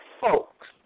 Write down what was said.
folks